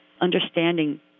understanding